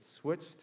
switched